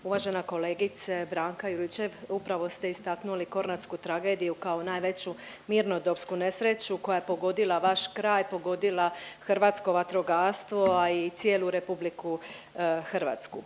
Uvažena kolegice Branka Juričev, upravo ste istaknuli kornatsku tragediju kao najveću mirnodopsku nesreću koja je pogodila vaš kraj, pogodila hrvatsko vatrogastvo, a i cijelu RH. Prava